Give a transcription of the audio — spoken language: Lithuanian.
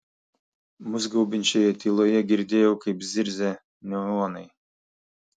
mus gaubiančioje tyloje girdėjau kaip zirzia neonai